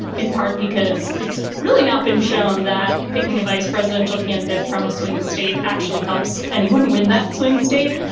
in part because it's really not been shown that picking a vice presidential candidate from a swing state actually helps anyone win that swing state.